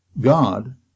God